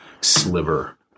sliver